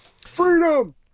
Freedom